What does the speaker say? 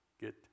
get